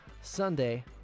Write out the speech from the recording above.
Sunday